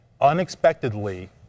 unexpectedly